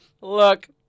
Look